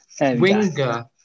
Winger